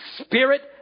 spirit